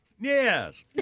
Yes